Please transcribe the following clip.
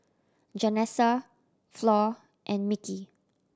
Janessa Flor and Mickey